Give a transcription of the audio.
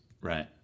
Right